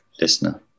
listener